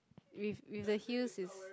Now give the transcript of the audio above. with with the heels is